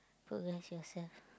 progress yourself